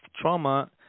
trauma